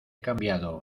cambiado